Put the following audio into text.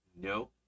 no